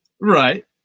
right